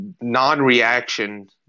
non-reaction